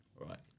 Right